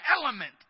element